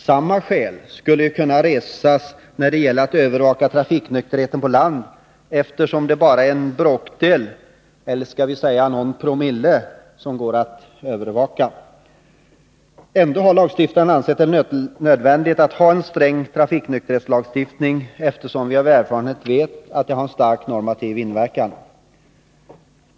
Samma skäl skulle ju kunna anföras när det gäller att övervaka trafiknykterheten på land, eftersom det är bara en bråkdel — eller promille, skall vi kanske säga — som går att övervaka. Ändå har lagstiftaren ansett det nödvändigt att ha en sträng trafiknykterhetslagstiftning, eftersom vi av erfarenhet vet att en sådan har en stark normativ inverkan.